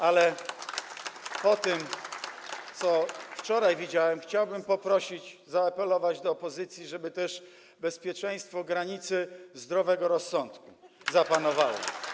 Ale po tym, co wczoraj widziałem, chciałbym poprosić, zaapelować do opozycji, żeby też bezpieczeństwo granicy zdrowego rozsądku zapanowało.